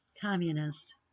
Communist